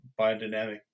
biodynamic